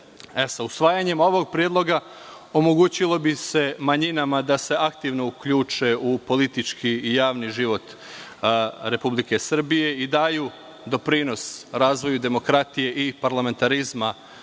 SDPS.Usvajanjem ovog predloga omogućilo bi se manjinama da se aktivno uključe u politički i javni život Republike Srbije i da daju doprinos razvoju demokratije i parlamentarizma